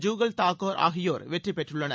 ஜுகல் தாக்கர் ஆகியோர் வெற்றி பெற்றுள்ளனர்